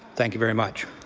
thank you very much.